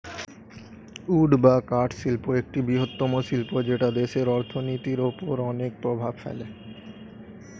would বা কাঠ শিল্প একটি বৃহত্তম শিল্প যেটা দেশের অর্থনীতির ওপর অনেক প্রভাব ফেলে